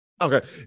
Okay